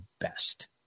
best